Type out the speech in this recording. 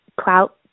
clout